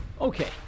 Okay